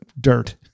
dirt